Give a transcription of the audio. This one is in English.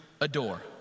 adore